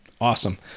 Awesome